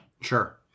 Sure